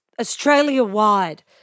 Australia-wide